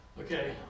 okay